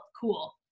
cool